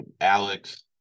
Alex